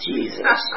Jesus